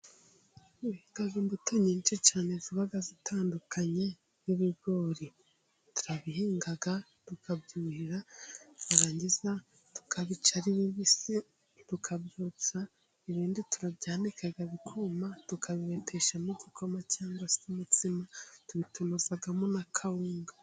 Tubikaga imbuto nyinshi cyane ziba zitandukanye n'ibigori turabihinga tukabyuhira, barangiza tukabica ari bibisi, tukabyotsa, indi turabyanika bikuma tukabibeteshamo igikoma cyangwa se imitsima, tubitunozamo na kawunga.